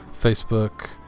Facebook